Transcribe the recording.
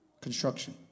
construction